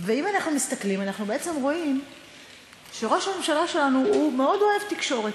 אם אנחנו מסתכלים אנחנו רואים שבעצם ראש הממשלה שלנו אוהב מאוד תקשורת.